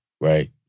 right